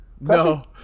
No